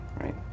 right